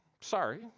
Sorry